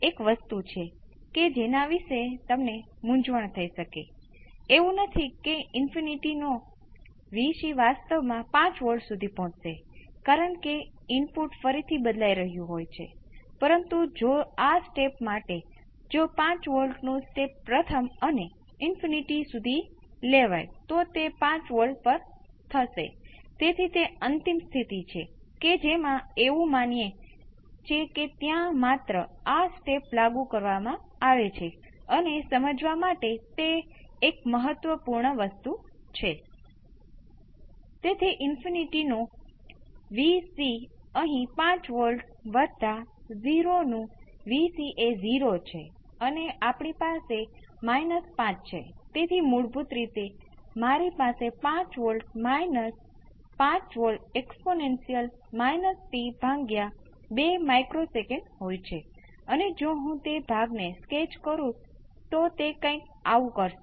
અને મારે આની લિમિટ લેવાની છે કારણ કે ડેલ્ટા ટેંડ્સ ટુ 0 છે અને delta tends 0 SCR 1 tends to 0 અથવા s માં 1 CR આ ફોર્મમાં પદ કરવા માટે ખૂબ જ સરળ છે કે મને ખાતરી છે કે તમે કદાચ પહેલાથી જ આ લિમિટ થી પરિચિત છો તમે તેને અમુક અન્ય મૂળભૂત વર્ગમાં લીધું હશે જ્યારે આપણે લિમિટ વગેરે વિશે જાણ્યું હતું પરંતુ હું તે અહીં કરીશ